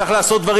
צריך לעשות דברים.